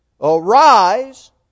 Arise